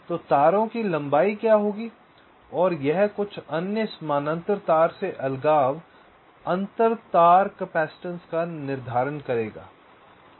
तो तारों की लंबाई क्या होगी और यह कुछ अन्य समानांतर तार से अलगाव अंतर तार कैपेसिटेंस का निर्धारण करेगा